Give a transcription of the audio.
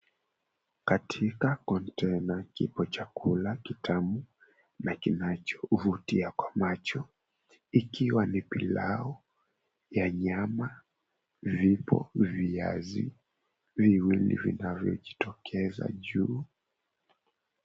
Katika kontena kipo chakula kitamu na kinachovutia kwa macho. Ikiwa ni pilao ya nyama, vipo viazi viwili vinavyojitokeza juu.